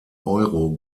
euro